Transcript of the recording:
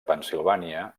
pennsilvània